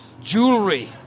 jewelry